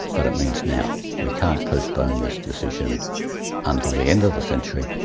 but it means now. we can't postpone this decision until the end of the century.